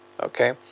Okay